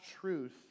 truth